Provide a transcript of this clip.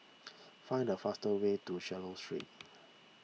find the fastest way to Swallow Street